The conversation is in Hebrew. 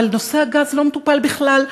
אבל נושא הגז לא מטופל בכלל,